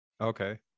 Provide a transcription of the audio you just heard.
Okay